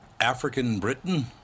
African-Britain